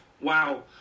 Wow